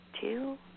Two